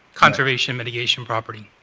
conservation mitigation property.